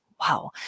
wow